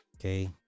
Okay